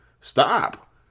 Stop